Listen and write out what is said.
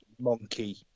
monkey